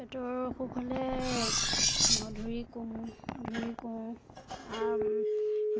পেটৰ অসুখ হ'লে মধুৰি কোঁহ মধুৰি কোঁহ